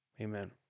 amen